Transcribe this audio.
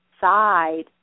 side